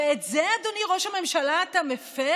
ואת זה, אדוני ראש הממשלה, אתה מפר?